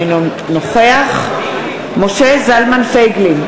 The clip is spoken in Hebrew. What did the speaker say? אינו נוכח משה זלמן פייגלין,